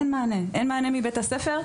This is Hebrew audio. אין מענה מבית הספר,